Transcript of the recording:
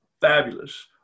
Fabulous